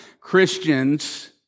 Christians